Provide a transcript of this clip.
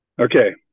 Okay